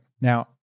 Now